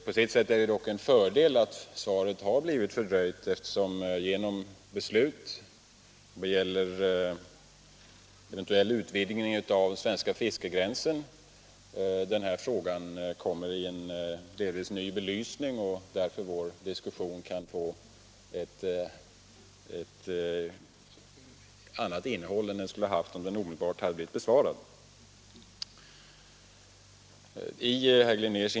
På sitt sätt är det dock en fördel att svaret har blivit fördröjt, eftersom denna fråga genom ett beslut om en eventuell utvidgning av den svenska fiskegränsen kommer i delvis ny belysning. Vår diskussion kan därför få ett annat innehåll än den skulle ha fått om interpellationen hade besvarats omedelbart.